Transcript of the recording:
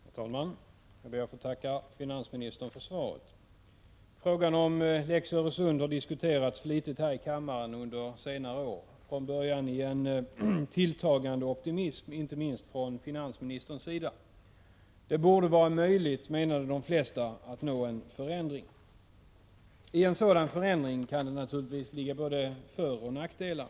Herr talman! Jag ber att få tacka finansministern för svaret. Frågan om lex Öresund har diskuterats flitigt här i kammaren under senare år, från början i en tilltagande optimism, inte minst från finansministerns sida. De flesta har menat att det borde vara möjligt att få till stånd en förändring. En sådan kan naturligtvis medföra både föroch nackdelar.